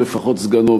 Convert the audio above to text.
לפחות סגנו.